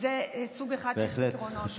וזה סוג אחד של פתרונות, בהחלט.